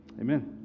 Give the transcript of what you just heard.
Amen